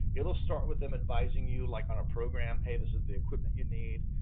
it will start with them advising you like on a program, hey, this is the equipment you need,